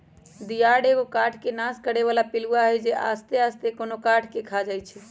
दियार एगो काठ के नाश करे बला पिलुआ हई जे आस्ते आस्ते कोनो काठ के ख़ा जाइ छइ